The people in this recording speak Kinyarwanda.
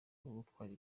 gutwara